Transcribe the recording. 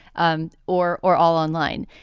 um or or all online.